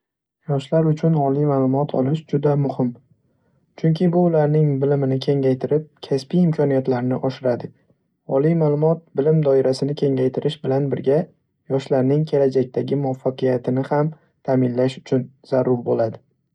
Yoshlar uchun oliy ma'lumot olish juda muhim, chunki bu ularning bilimini kengaytirib, kasbiy imkoniyatlarini oshiradi. Oliy ma'lumot bilim doirasini kengaytirish bilan birga, yoshlarning kelajakdagi muvaffaqiyatini ham ta'minlash uchun zarur bo'ladi.